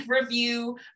review